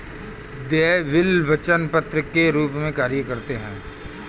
देय बिल वचन पत्र के रूप में कार्य करते हैं